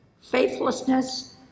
faithlessness